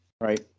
Right